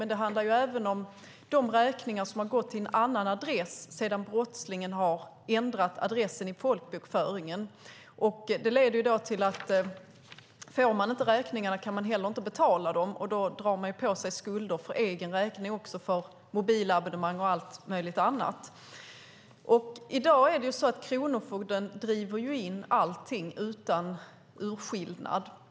Men det handlar även om de räkningar som har gått till en annan adress sedan brottslingen har ändrat adressen i folkbokföringen. Det leder till att om man inte får räkningarna kan man inte heller betala dem. Då drar man på sig skulder också för egen räkning för mobilabonnemang och allt möjligt annat. I dag driver kronofogden in allting utan urskillning.